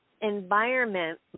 environment